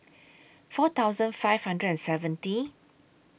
four thousand five hundred and seventy